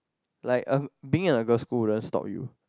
like a being a girl school doesn't stop you